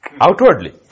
Outwardly